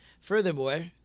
Furthermore